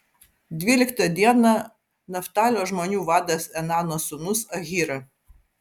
dvyliktą dieną naftalio žmonių vadas enano sūnus ahyra